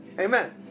Amen